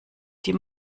die